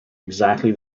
exactly